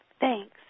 Thanks